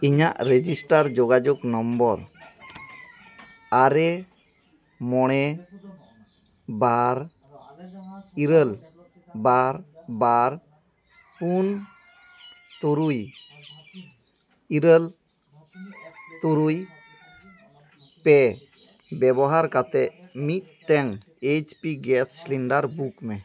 ᱤᱧᱟᱹᱜ ᱨᱮᱡᱤᱥᱴᱟᱨ ᱡᱳᱜᱟᱡᱳᱜᱽ ᱱᱚᱢᱵᱚᱨ ᱟᱨᱮ ᱢᱚᱬᱮ ᱵᱟᱨ ᱤᱨᱟᱹᱞ ᱵᱟᱨ ᱵᱟᱨ ᱯᱩᱱ ᱛᱩᱨᱩᱭ ᱤᱨᱟᱹᱞ ᱛᱩᱨᱩᱭ ᱯᱮ ᱵᱮᱵᱚᱦᱟᱨ ᱠᱟᱛᱮᱫ ᱢᱤᱫᱴᱟᱝ H P gas cylinder book ᱢᱮ